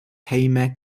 hejme